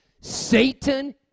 Satan